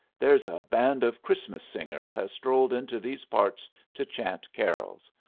there's a band of christmas singers has strolled into these parts to chant carols.